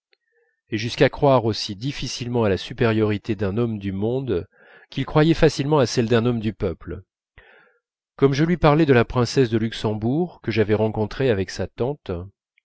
et jusqu'à croire aussi difficilement à la supériorité d'un homme du monde qu'il croyait facilement à celle d'un homme du peuple comme je lui parlais de la princesse de luxembourg que j'avais rencontrée avec sa tante